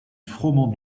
froment